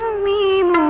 mean